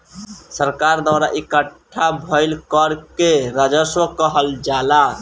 सरकार द्वारा इकट्ठा भईल कर के राजस्व कहल जाला